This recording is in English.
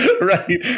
Right